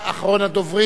אחרון הדוברים,